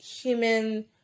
Human